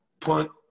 punt